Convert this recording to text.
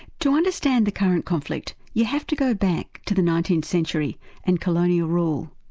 to understand the current conflict, you have to go back to the nineteenth century and colonial rule.